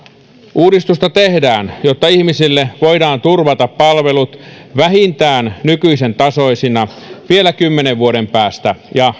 uudistusta tehdään jotta ihmisille voidaan turvata palvelut vähintään nykyisen tasoisina vielä kymmenen vuoden päästä ja